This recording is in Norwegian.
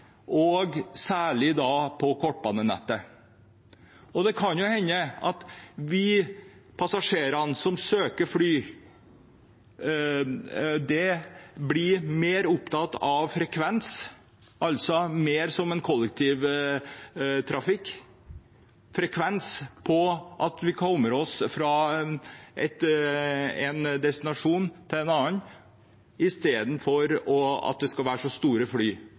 på kortbanenettet? Det kan hende at vi, passasjerene, som søker fly, blir mer opptatt av frekvens, som i kollektivtrafikken, at vi kommer oss fra en destinasjon til en annen, i stedet for at det skal være så store fly.